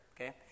okay